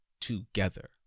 Together